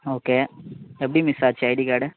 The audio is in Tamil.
ஓகே எப்படி மிஸ் ஆச்சு ஐடி கார்டு